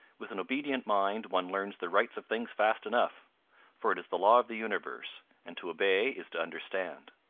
with an obedient mind one learns the rights of things fast enough for it is the law of the universe, and to obey is to understand.